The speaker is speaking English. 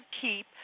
keep